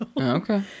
okay